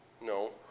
No